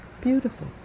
Beautiful